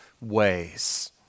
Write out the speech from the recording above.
ways